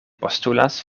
postulas